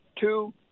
Two